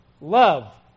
love